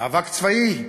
מאבק צבאי.